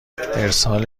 ارسال